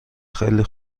خیلی